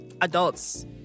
adults